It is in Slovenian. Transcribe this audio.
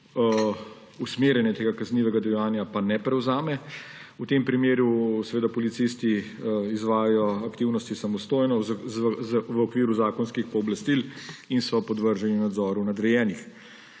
usmerjanje tega kaznivega dejanja pa ne prevzame. V tem primeru seveda policisti izvajajo aktivnosti samostojno v okviru zakonskih pooblastil in so podvrženi nadzoru nadrejenih.